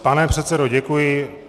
Pane předsedo, děkuji.